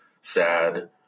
sad